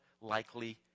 likely